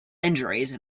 injuries